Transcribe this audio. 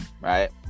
right